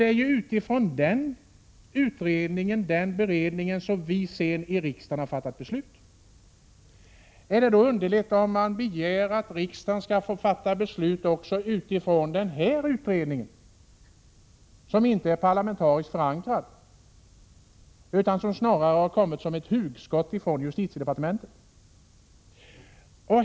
Det är utifrån den beredningen som riksdagen sedan har fattat 57 beslut. Är det då underligt att begära att riksdagen skall få fatta beslut också utifrån den här utredningen, som dessutom inte är parlamentariskt förankrad utan snarare kommit som ett hugskott från justitiedepartementet?